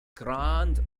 grande